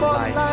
life